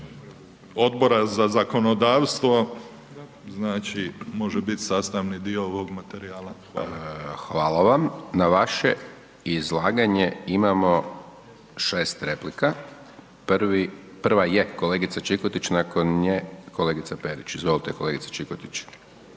Odbora za zakonodavstvo, znači, može bit sastavni dio ovog materijala. Hvala. **Hajdaš Dončić, Siniša (SDP)** Hvala vam. Na vaše izlaganje imamo šest replika. Prvi, prva je kolegica Čikotić, nakon nje kolegica Perić. Izvolite kolegice Čikotić.